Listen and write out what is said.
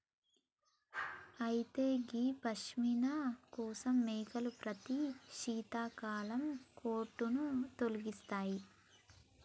అయితే గీ పష్మిన కోసం మేకలు ప్రతి శీతాకాలం కోటును తొలగిస్తాయి